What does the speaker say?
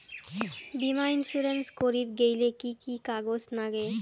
বীমা ইন্সুরেন্স করির গেইলে কি কি কাগজ নাগে?